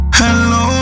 hello